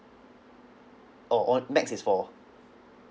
oh on max is four